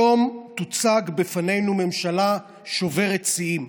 היום תוצג בפנינו ממשלה שוברת שיאים,